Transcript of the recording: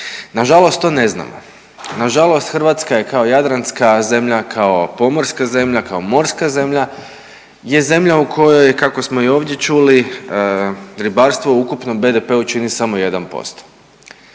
Nažalost to ne znamo. Nažalost Hrvatska je kao jadranska zemlja, kao pomorska zemlja, kao morska zemlja je zemlja u kojoj, kako smo i ovdje čuli, ribarstvo u ukupnom BDP-u čini samo 1%.